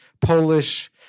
Polish